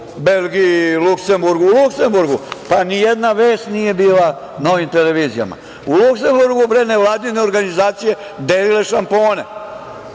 Belgiji, u Luksemburgu?U Luksemburgu pa nijedna vest nije bila na ovim televizijama. U Luksemburgu bre nevladine organizacije delile šampone